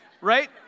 Right